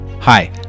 Hi